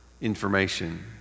information